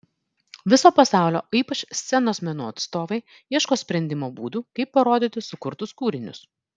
viso pasaulio o ypač scenos menų atstovai ieško sprendimo būdų kaip parodyti sukurtus kūrinius